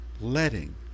letting